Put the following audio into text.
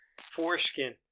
Foreskin